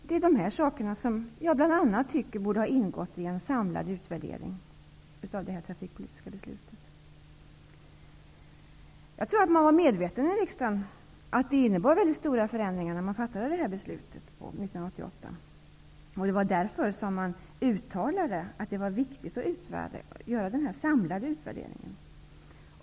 Det är bl.a. det jag tycker borde ha ingått i en samlad utvärdering av det trafikpolitiska beslutet. Jag tror att riksdagen var medveten om att det innebar stora förändringar när beslutet fattades 1988. Det var därför riksdagen uttalade att det var viktigt att göra en samlad utvärdering.